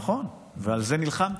נכון, ועל זה נלחמתי.